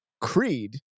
Creed